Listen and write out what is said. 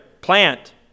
plant